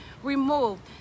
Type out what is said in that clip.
removed